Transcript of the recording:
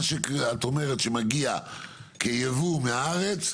מה שאת אומרת שמגיע כיבוא מהארץ,